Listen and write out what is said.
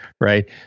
right